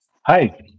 hi